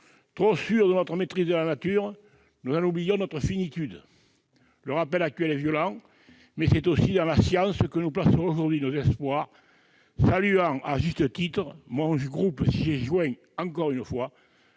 Trop sûrs de notre maîtrise de la nature, nous en oublions notre finitude. Le rappel actuel est violent, mais c'est aussi dans la science que nous plaçons aujourd'hui nos espoirs, saluant à juste titre- mon groupe s'est une nouvelle fois